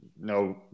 No